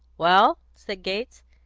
well, said gates,